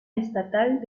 estatal